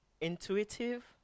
Intuitive